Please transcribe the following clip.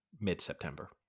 mid-september